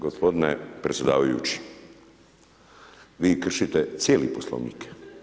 Gospodine predsjedavajući, vi kršite cijeli Poslovnik.